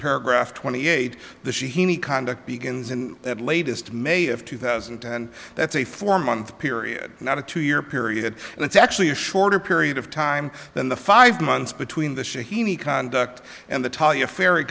paragraph twenty eight the sheeny conduct begins in that latest may of two thousand and that's a four month period not a two year period and it's actually a shorter period of time than the five months between the shia heaney conduct and the tallia ferry